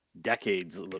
decades